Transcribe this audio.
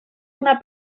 una